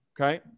Okay